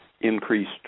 increased